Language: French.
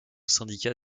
syndicat